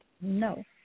No